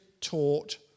taught